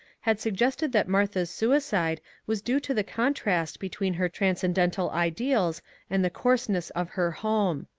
had suggested that martha's suicide was due to the contrast between her transcendental ideals and the coarseness of her home.